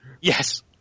Yes